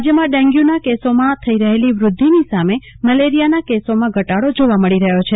રાજ્યમાં ડેન્ગ્યુના કેસોમાં થઈ રહેલી વૃધ્ધિની સામે મેલેરિયાના કેસોમાં ઘટાડો જોવા મળી રહ્યો છે